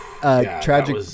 tragic